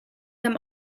them